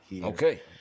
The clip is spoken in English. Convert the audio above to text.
Okay